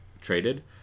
traded